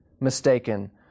mistaken